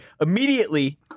immediately